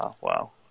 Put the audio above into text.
Wow